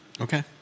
Okay